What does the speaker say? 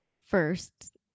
first